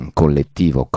collettivo